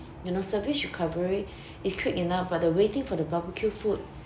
you know service recovery is quick enough but the waiting for the barbecue food